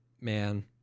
man